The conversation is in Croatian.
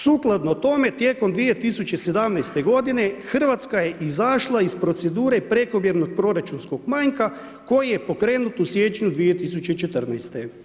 Sukladno tome, tijekom 2017. godine Hrvatska je izašla iz procedure prekomjernog proračunskog manjka koji je pokrenut u siječnju 2014.